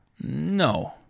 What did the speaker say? No